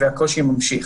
והקושי ממשיך.